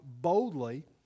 boldly